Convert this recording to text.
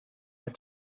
had